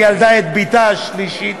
היא ילדה את בתה השלישית,